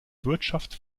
wirtschaft